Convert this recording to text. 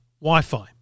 Wi-Fi